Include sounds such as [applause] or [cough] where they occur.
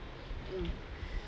mm [breath]